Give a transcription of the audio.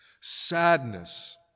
Sadness